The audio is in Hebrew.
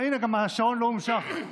הינה, גם השעון לא נמשך.